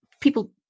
people